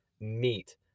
meat